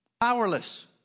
powerless